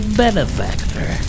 benefactor